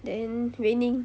then raining